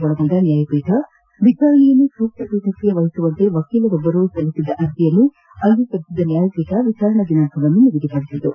ಒಳಗೊಂಡ ನ್ಯಾಯಪೀಠ ವಿಚಾರಣೆಯನ್ನು ಸೂಕ್ತ ಪೀಠಕ್ಕೆ ವಹಿಸುವಂತೆ ವಕೀಲರೊಬ್ಬರು ಸಲ್ಲಿಸಿದ ಅರ್ಜಿಯನ್ನು ಅಂಗೀಕರಿಸಿದ ನ್ಯಾಯಪೀಠ ವಿಚಾರಣಾ ದಿನಾಂಕವನ್ನು ನಿಗದಿ ಪಡಿಸಿತು